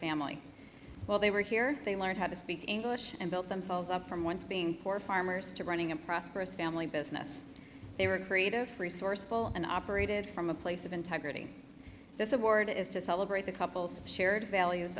family while they were here they learned how to speak english and build themselves up from once being poor farmers to running a prosperous family business they were creative resourceful and operated from a place of integrity this award is to celebrate the couple's shared values